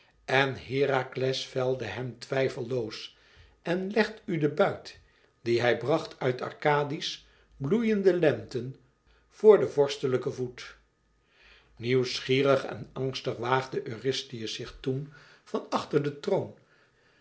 en herakles velde hem twijfelloos en legt u den buit dien hij bracht uit arkadië's bloeiende lente voor den vorstelijken voet nieuwsgierig en angstig waagde eurystheus zich toen van achter den troon